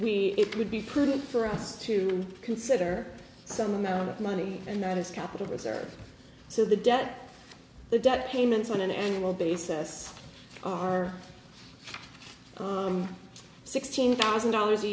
we it would be prudent for us to consider some amount of money and that is capital reserves so the debt the debt payments on an annual basis are on sixteen thousand dollars a